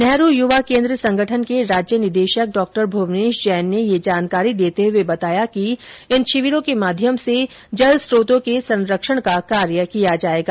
नेहरू युवा केन्द्र संगठन के राज्य निदेशक डॉ भूवनेश जैन ने यह जानकारी देते हुए बताया कि इन शिविरों के माध्यम से जल स्त्रोतों के संरक्षण का कार्य किया जायेगा